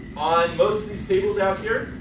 on most of these tables out here.